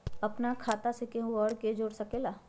अपन खाता मे केहु आर के जोड़ सके ला?